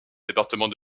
département